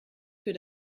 für